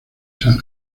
san